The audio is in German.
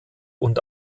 und